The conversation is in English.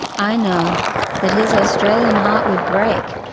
i know that his australian heart would break,